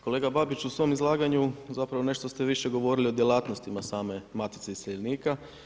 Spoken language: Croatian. Kolega Babić, u svom izlaganju zapravo nešto ste više govorili o djelatnostima same Matice iseljenika.